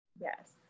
Yes